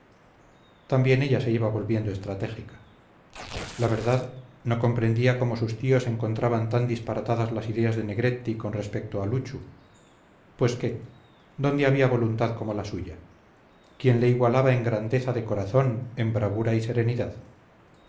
también ella se iba volviendo estratégica la verdad no comprendía cómo sus tíos encontraban tan disparatadas las ideas de negretti con respecto a luchu pues qué dónde había voluntad como la suya quién le igualaba en grandeza de corazón en bravura y serenidad